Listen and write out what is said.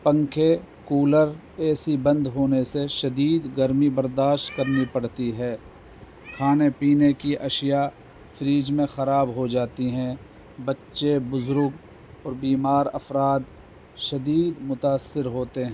پنکھے cooler A C بند ہونے سے شدید گرمی برداشت کرنی پڑتی ہے کھانے پینے کی اشیاء فریج میں خراب ہو جاتی ہیں بچے بزرگ اور بیمار افراد شدید متاثر ہوتے ہیں